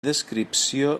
descripció